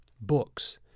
books